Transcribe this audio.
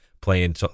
playing